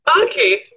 okay